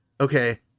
okay